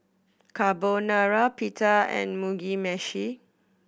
Carbonara Pita and Mugi Meshi